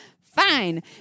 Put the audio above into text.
Fine